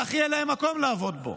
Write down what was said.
כך יהיה להם מקום לעבוד בו.